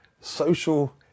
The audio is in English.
social